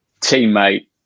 teammate